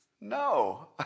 No